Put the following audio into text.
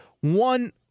One